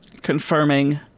confirming